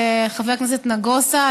חבר הכנסת נגוסה,